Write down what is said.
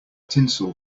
tinsel